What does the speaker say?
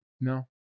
no